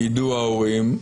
יידוע ההורים,